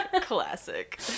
Classic